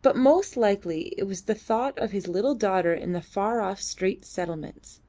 but most likely it was the thought of his little daughter in the far-off straits settlements.